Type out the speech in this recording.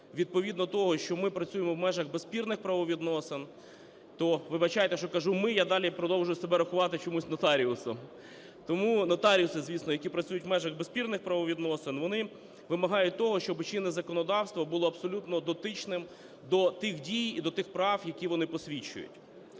відповідно того, що ми працюємо в межах безспірних правовідносин, то, вибачайте, що кажу "ми", я далі продовжую себе рахувати чомусь нотаріусом. Тому нотаріуси, звісно, які працюють в межах безспірних правовідносин, вони вимагають того, щоби чинне законодавство було абсолютно дотичним до тих дій і до тих прав, які вони посвідчують.